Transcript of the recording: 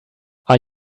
are